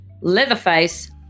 Leatherface